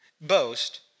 boast